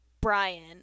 Brian